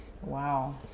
Wow